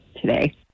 today